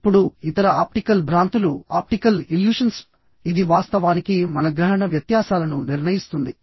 ఇప్పుడు ఇతర ఆప్టికల్ భ్రాంతులు ఇది వాస్తవానికి మన గ్రహణ వ్యత్యాసాలను నిర్ణయిస్తుంది